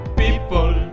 people